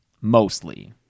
mostly